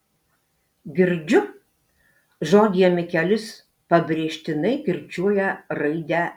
girdžiu žodyje mikelis pabrėžtinai kirčiuoja raidę e